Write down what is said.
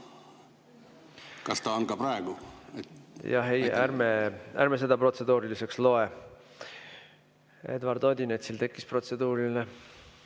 Kas ta on ka praegu? Ei, seda ma protseduuriliseks ei loe. Eduard Odinetsil tekkis protseduuriline.